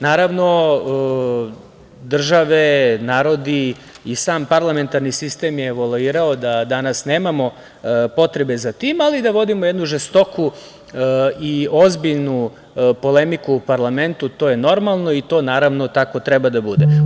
Naravno, države, narodi i sam parlamentarni sistem je evoluirao da danas nemamo potrebe za tim, ali da vodimo jednu žestoku i ozbiljnu polemiku u parlamentu je normalno i to, naravno, tako treba da bude.